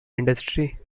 industry